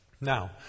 Now